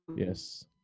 Yes